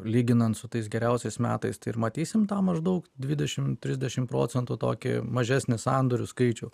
lyginant su tais geriausiais metais tai ir matysim tą maždaug dvidešim trisdešim procentų tokį mažesnį sandorių skaičių